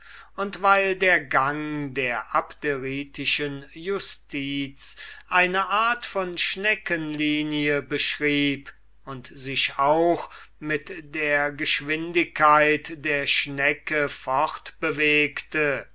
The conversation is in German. und weil der gang der abderitischen justiz eine art von schneckenlinie beschrieb und sich auch mit der geschwindigkeit der schnecke